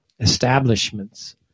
establishments